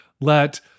let